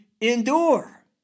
endure